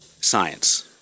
Science